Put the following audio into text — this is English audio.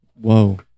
whoa